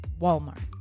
Walmart